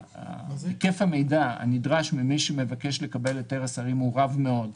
היקף המידע הנדרש ממי שמבקש לקבל את היתר השרים הוא רב מאוד.